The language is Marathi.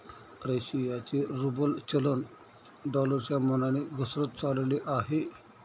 रशियाचे रूबल चलन डॉलरच्या मानाने घसरत चालले आहे